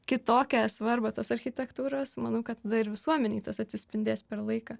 kitokią svarbą tos architektūros manau kad ir visuomenėj tas atsispindės per laiką